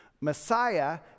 Messiah